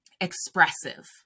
expressive